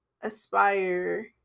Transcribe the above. aspire